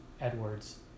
Edwards